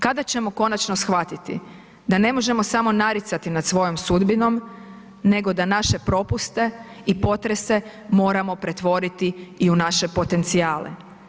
Kada ćemo konačno shvatiti da ne možemo samo naricati nad svojom sudbinom nego da naše propuste i potrese moramo pretvoriti i u naše potencijale.